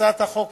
הצעת החוק